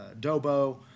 DOBO